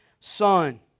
son